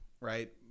right